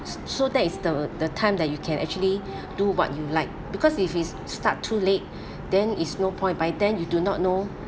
s~ so that is the the time that you can actually do what you like because if it starts too late then is no point by then you do not know